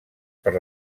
per